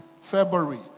February